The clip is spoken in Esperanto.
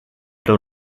pro